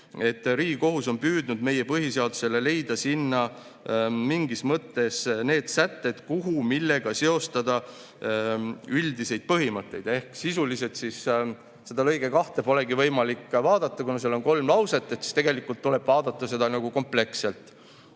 Riigikohus on püüdnud meie põhiseadusele leida sinna mingis mõttes need sätted, millega seostada üldiseid põhimõtteid. Ehk sisuliselt lõiget 2 polegi võimalik vaadata, kuna seal on kolm lauset, ja tegelikult tuleb vaadata seda kõike kompleksselt.